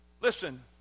Listen